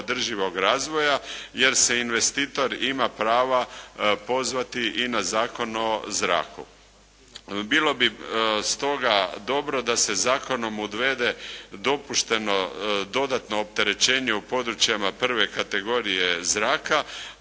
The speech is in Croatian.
održivog razvoja, jer se investitor ima prava pozvati i na Zakon o zraku. Bilo bi stoga dobro da se zakonom uvede dopušteno dodatno opterećenje u područjima I kategorije zraka,